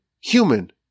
human